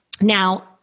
Now